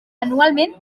anualment